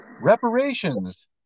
reparations